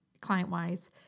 client-wise